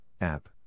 app